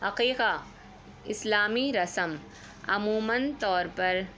عقیقہ اسلامی رسم عموماَ طور پر